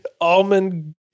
almond